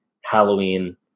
Halloween